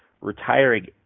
retiring